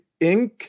Inc